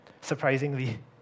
surprisingly